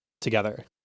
together